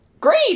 Great